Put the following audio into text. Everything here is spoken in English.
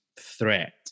Threat